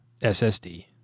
SSD